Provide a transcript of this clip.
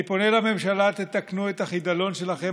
אני פונה לממשלה: תתקנו את החידלון שלכם